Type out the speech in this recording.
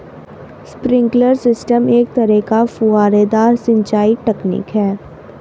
sprinkler system एक तरह का फुहारेदार सिंचाई तकनीक है